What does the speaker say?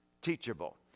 teachable